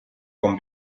con